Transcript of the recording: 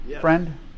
friend